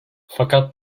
fakat